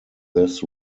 this